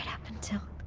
up until.